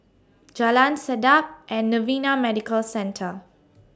Jalan Sedap and Novena Medical Centre